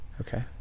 okay